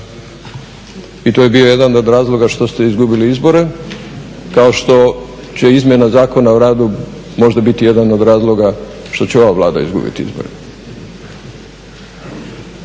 I to je bio jedan od razloga što ste izgubili izbore kao što će izmjena Zakona o radu možda biti jedan od razloga što će ova Vlada izgubiti izbore,